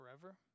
forever